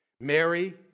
Mary